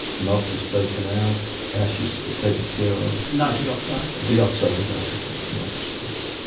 nox is taken out, ash is taken care of. nitric oxide? the oxides of nitrogen, nox, yes.